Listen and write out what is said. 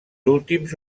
últims